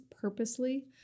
purposely